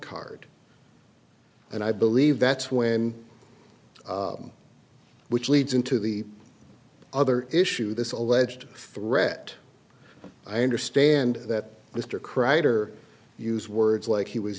card and i believe that's when which leads into the other issue this alleged threat i understand that mr kreider use words like he was